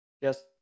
Yes